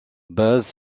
base